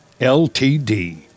LTD